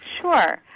sure